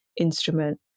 instrument